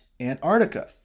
Antarctica